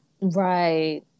Right